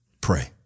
pray